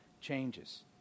changes